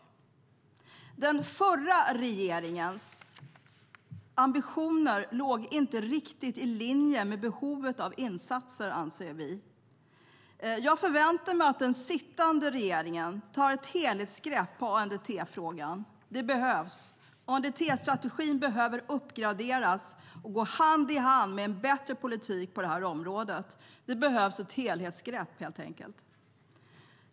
Vi anser att den förra regeringens ambitioner inte riktigt låg i linje med behovet av insatser. Jag förväntar mig att den sittande regeringen tar ett helhetsgrepp om ANDT-frågan. Det behövs. ANDT-strategin behöver uppgraderas och gå hand i hand med en bättre politik på området. Det behövs helt enkelt ett helhetsgrepp.